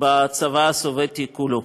בצבא הסובייטי כולו.